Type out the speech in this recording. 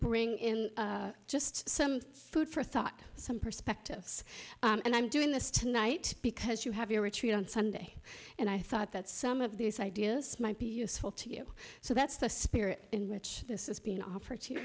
bring in just some food for thought some perspectives and i'm doing this tonight because you have your retreat on sunday and i thought that some of these ideas might be useful to you so that's the spirit in which this is being offered so